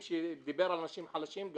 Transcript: הוא דיבר על אנשים חלשים.